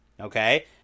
okay